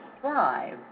thrive